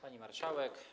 Pani Marszałek!